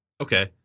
Okay